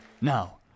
Now